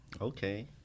Okay